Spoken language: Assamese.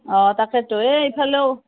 অঁ তাকেইটো এই ইফালেও